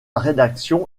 rédaction